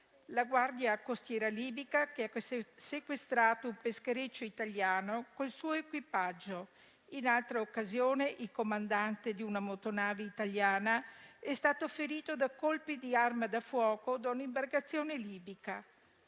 la guardia costiera libica, che ha sequestrato un peschereccio italiano col suo equipaggio. In altra occasione, il comandante di una motonave italiana è stato ferito da colpi di arma da fuoco da un'imbarcazione libica: